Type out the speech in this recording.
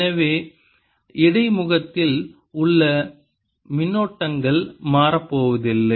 எனவே இடைமுகத்தில் உள்ள மின்னோட்டங்கள் மாறப்போவதில்லை